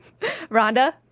Rhonda